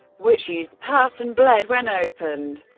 which oozed pus and bled when opened.